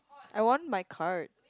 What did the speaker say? I want my card